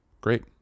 Great